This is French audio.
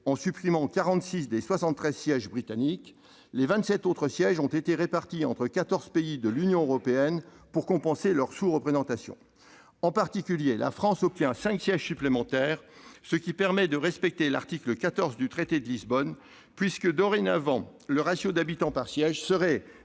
des soixante-treize sièges britanniques, les vingt-sept autres sièges étant répartis entre quatorze pays de l'Union européenne pour compenser leur sous-représentation. En particulier, la France obtient cinq sièges supplémentaires, ce qui permet de respecter l'article 14 du traité de Lisbonne, puisque, dorénavant, le ratio d'habitants par siège serait,